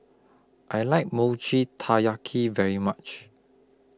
I like Mochi Taiyaki very much